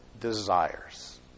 desires